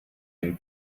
dem